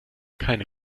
keine